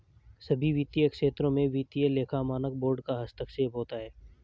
सभी वित्तीय क्षेत्रों में वित्तीय लेखा मानक बोर्ड का हस्तक्षेप होता है